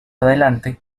adelante